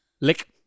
lick